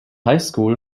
highschool